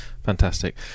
Fantastic